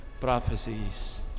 prophecies